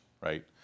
right